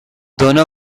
dóna